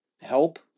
help